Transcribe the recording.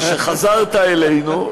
משחזרת אלינו,